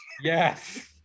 Yes